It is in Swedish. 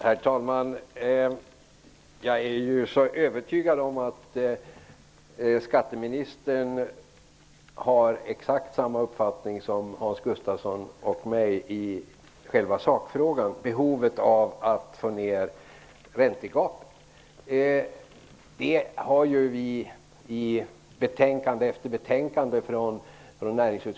Herr talman! Jag är övertygad om att skatteministern har exakt samma uppfattning som Hans Gustafsson och jag i själva sakfrågan -- om behovet av att sänka räntegapet. Vi i näringsutskottet har skrivit om detta i betänkande efter betänkande.